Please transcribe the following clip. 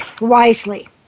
wisely